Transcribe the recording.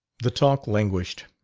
the talk languished.